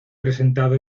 presentado